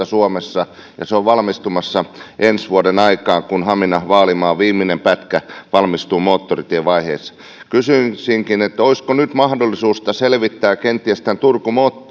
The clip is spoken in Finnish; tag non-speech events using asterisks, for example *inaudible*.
*unintelligible* suomessa ja se on valmistumassa ensi vuoden aikana kun hamina vaalimaa viimeinen pätkä valmistuu moottoritievaiheeseen kysyisinkin olisiko kenties nyt mahdollisuutta selvittää tämän turku